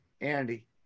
Andy